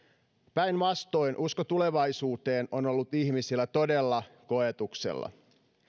päinvastoin usko tulevaisuuteen on ollut ihmisillä todella koetuksella